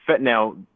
Now